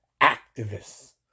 activists